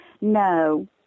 No